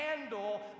handle